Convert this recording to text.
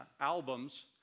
albums